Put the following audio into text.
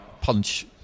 punch